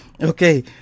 Okay